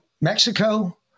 mexico